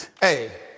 Hey